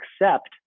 accept